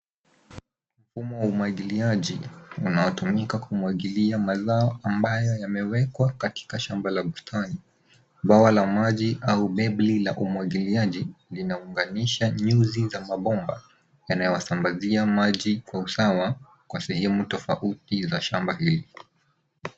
Mfumo wa umwagiliaji, unaotumika kumwagilia mazao ambayo yamewekwa katika shamba la bustani. Bwawa la maji au bebli la umwagiliaji, linaunganisha nyuzi za mabomba, yanayowasambazia maji kwa usawa, kwa sehemu tofauti za shamba hili.